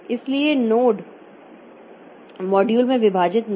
इसलिए node module में विभाजित नहीं है